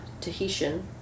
Tahitian